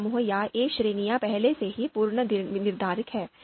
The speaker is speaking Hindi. ये समूह या ये श्रेणियां पहले से ही पूर्वनिर्धारित हैं